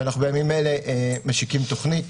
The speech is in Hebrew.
ובימים אלה אנחנו משיקים תוכנית,